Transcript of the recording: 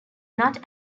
not